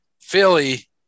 Philly